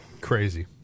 crazy